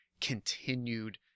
continued